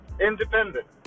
independent